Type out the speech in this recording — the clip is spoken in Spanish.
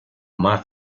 más